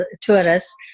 tourists